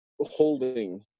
holding